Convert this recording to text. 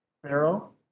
Pharaoh